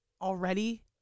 already